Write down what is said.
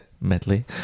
medley